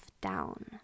down